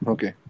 Okay